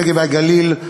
הנגב והגליל,